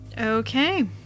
Okay